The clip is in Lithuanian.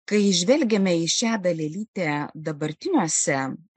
kai žvelgiame į šią dalelytę dabartiniuose